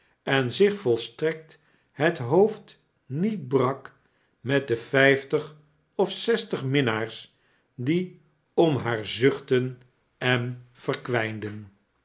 en zich volstrekt het hoofd niet brak met de vijftig of zestig minnaars die om haar zuchtten en verkwijnden